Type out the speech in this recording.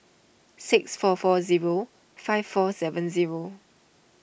six four four zero five four seven zero